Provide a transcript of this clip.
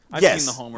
Yes